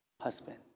husband